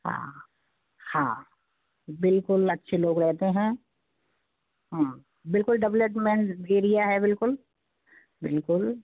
हाँ हाँ बिल्कुल अच्छे लोग रहते हैं बिल्कुल डेवलेप्मेंट एरिया है बिल्कुल बिल्कुल